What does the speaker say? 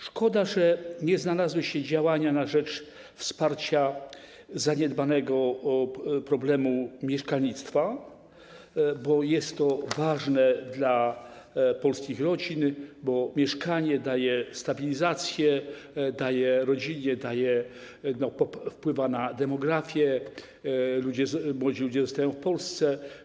Szkoda, że nie znalazły się działania na rzecz wsparcia zaniedbanego problemu mieszkalnictwa, bo jest to ważne dla polskich rodzin, bo mieszkanie daje stabilizację, wpływa na demografię, młodzi ludzie zostają w Polsce.